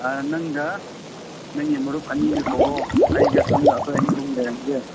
ꯅꯪꯒ ꯅꯪꯒꯤ ꯃꯔꯨꯞ ꯑꯅꯤꯒ ꯀꯧꯔꯣ ꯑꯩꯒ ꯁꯣꯝꯗ ꯑꯩꯈꯣꯏ ꯑꯅꯤ ꯑꯍꯨꯝ ꯂꯩꯔꯝꯃꯒꯦ